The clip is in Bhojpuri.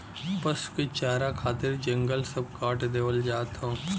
पसु के चारा खातिर जंगल सब काट देवल जात हौ